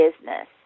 business